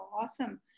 Awesome